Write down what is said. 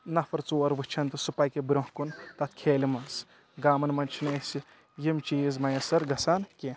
نفر ژور وٕچھن تہٕ سُہ پکہِ برونٛہہ کُن تتھ کھیٚلہِ منٛز گامن منٛز چھِنہٕ اسہِ یِم چیٖز میثر گژھان کینٛہہ